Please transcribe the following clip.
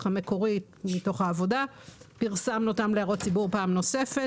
המקורי פרסמנו אותן פעם נוספת להערות ציבור.